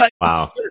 Wow